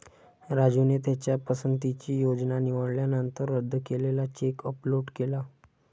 राजूने त्याच्या पसंतीची योजना निवडल्यानंतर रद्द केलेला चेक अपलोड केला